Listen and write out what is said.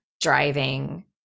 driving